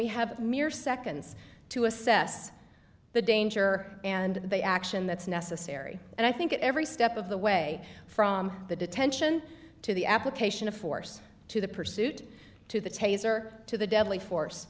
we have mere seconds to assess the danger and the action that's necessary and i think every step of the way from the detention to the application of force to the pursuit to the taser to the deadly force